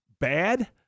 bad